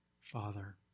Father